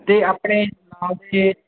ਅਤੇ ਆਪਣੇ ਨਾਲ ਦੇ